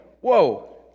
Whoa